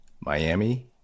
Miami